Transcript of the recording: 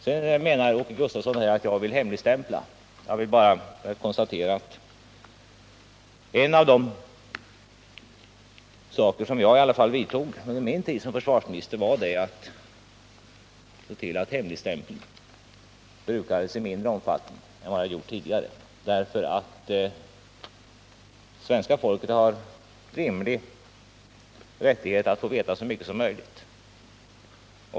Sedan menar Åke Gustavsson att jag vill hemligstämpla. Jag vill bara konstatera att en av de åtgärder som jag vidtog under min tid som försvarsminister var att se till att hemligstämpeln brukades i mindre omfattning än tidigare därför att svenska folket har rättighet att få veta så mycket som möjligt.